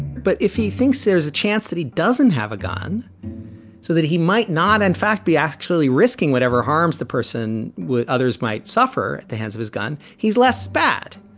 but if he thinks there's a chance that he doesn't have a gun so that he might not, in fact, be actually risking whatever harms the person with others might suffer at the hands of his gun. he's less bad.